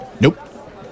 Nope